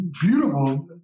beautiful